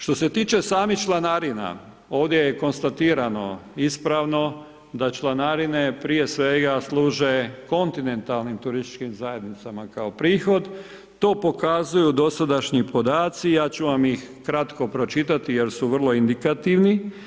Što se tiče samih članarina, ovdje je konstatirano ispravno da članarine prije svega služe kontinentalnim turističkim zajednicama kao prihod, to pokazuju dosadašnji podaci i ja ću vam ih kratko pročitati jer su vrlo indikativni.